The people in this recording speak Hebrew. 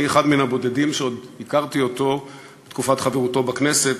שאני אחד מן הבודדים שעוד הכירו אותו בתקופת חברותו בכנסת,